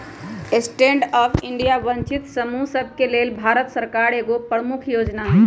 stand up India वंचित समूह सभके लेल भारत सरकार के एगो प्रमुख जोजना हइ